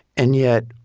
and yet,